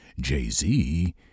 Jay-Z